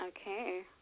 Okay